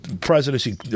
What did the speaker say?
presidency